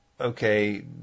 Okay